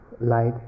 light